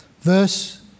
Verse